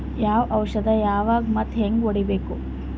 ಯಾವ ಔಷದ ಯಾವಾಗ ಮತ್ ಹ್ಯಾಂಗ್ ಹೊಡಿಬೇಕು?